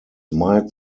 might